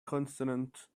consonant